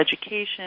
education